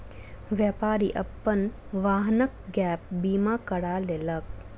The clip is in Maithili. व्यापारी अपन वाहनक गैप बीमा करा लेलक